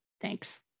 Thanks